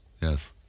Yes